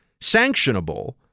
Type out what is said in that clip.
sanctionable